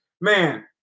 man